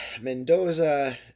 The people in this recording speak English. Mendoza